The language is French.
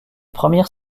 première